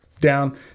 down